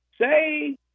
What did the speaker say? say